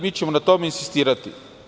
Mi ćemo na tome insistirati.